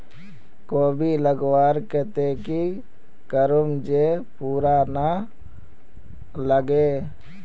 कोबी लगवार केते की करूम जे पूका ना लागे?